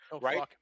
right